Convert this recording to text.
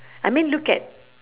I mean look at